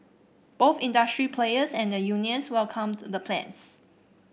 both industry players and the unions welcomed the plans